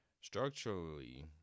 Structurally